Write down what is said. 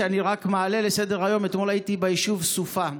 שאני רק מעלה לסדר-היום: אתמול הייתי ביישוב סופה.